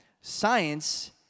science